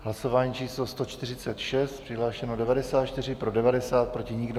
Hlasování číslo 146, přihlášeno 94, pro 90, proti nikdo.